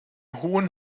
hohen